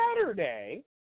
Saturday